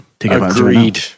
Agreed